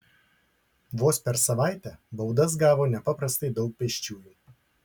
vos per savaitę baudas gavo nepaprastai daug pėsčiųjų